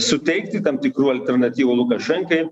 suteikti tam tikrų alternatyvų lukašenkai